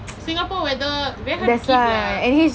singapore weather very hard to keep lah